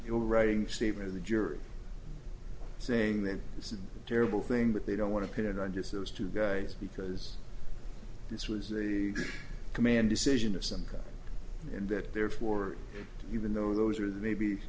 your writing statement the jury saying that it's a terrible thing but they don't want to put it on just those two guys because this was a command decision of some kind and that therefore even though those are the maybe